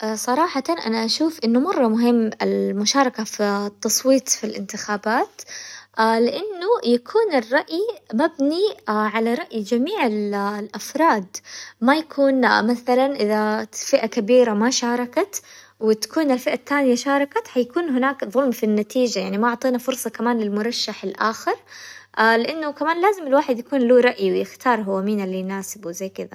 صراحة انا اشوف انه مرة مهم المشاركة في التصويت في الانتخابات لانه يكون الرأي مبني على رأي جميع الافراد، ما يكون مثلا اذا فئة كبيرة ما شاركت وتكون الفئة التانية شاركت حيكون هناك ظلم في النتيجة يعني ما اعطينا فرصة كمان للمرشح الاخر لانه كمان لازم الواحد يكون له رأي ويختار هو مين اللي يناسبه زي كذا.